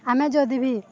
ଆମେ ଯଦିି ବି